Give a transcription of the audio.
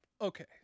Okay